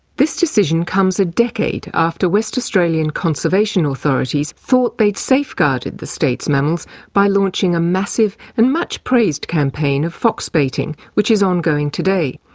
this decision comes a decade after west australian conservation authorities thought they'd safeguarded the state's mammals by launching a massive and much praised campaign of fox baiting, which is ongoing today.